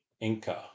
inca